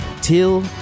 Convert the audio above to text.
till